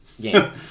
game